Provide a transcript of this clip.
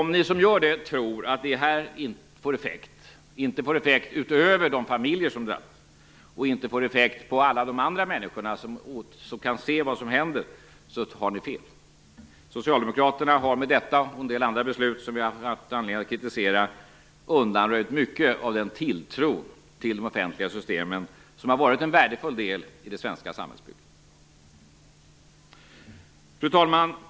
Om ni som gör det tror att det här inte får effekt utöver de familjer som drabbas och inte får effekt för alla de andra människorna som kan se vad som händer, tar ni fel. Socialdemokraterna har med detta och en del andra beslut som vi har haft anledning att kritisera undanröjt mycket av den tilltro till de offentliga systemen som har varit en värdefull del i det svenska samhällsbygget. Fru talman!